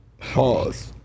Pause